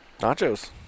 Nachos